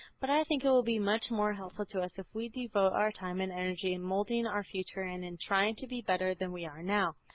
but i think it will be much more helpful to us if we devote our time and energy in moulding our future and in and trying to be better than we are now,